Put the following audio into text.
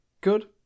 good